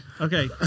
Okay